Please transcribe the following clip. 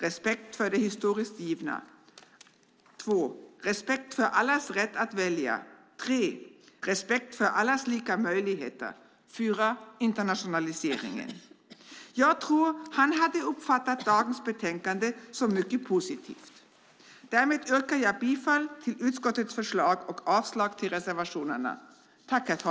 Respekt för det historiskt givna. 2. Respekt för allas rätt att välja. 3. Respekt för allas lika möjligheter. 4. Internationaliseringen. Jag tror att han skulle ha uppfattat dagens betänkande som mycket positivt. Med detta yrkar jag bifall till utskottets förslag och avslag på reservationerna.